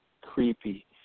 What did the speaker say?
creepy